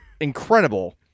incredible